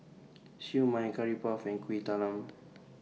Siew Mai Curry Puff and Kuih Talam